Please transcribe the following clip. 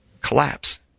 collapse